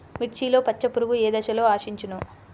మిర్చిలో పచ్చ పురుగు ఏ దశలో ఆశించును?